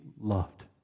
loved